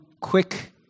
quick